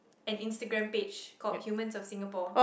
an Instagram page called humans of Singapore